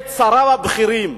את שריו הבכירים,